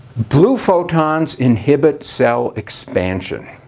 blue photons inhibit cell expansion.